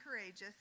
courageous